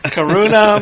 Karuna